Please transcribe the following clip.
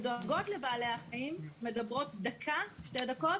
שדואגות לבעלי החיים מדברות דקה, שתי דקות.